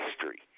history